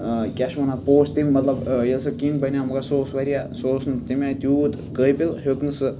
کیاہ چھِ وَنان پو تم مَطلب ییٚلہِ سُہ کِنگ بَنو مگر سُہ واریاہ سُہ نہٕ تمہِ آے تیوٗت قٲبِل ہیوٚک نہٕ سُہ